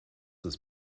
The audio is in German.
ist